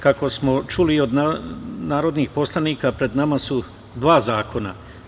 Kako smo čuli od narodnih poslanika pred nama su dva zakona.